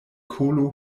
kolo